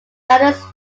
thaddeus